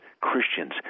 Christians